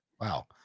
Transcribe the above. Wow